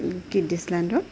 kids লেণ্ডত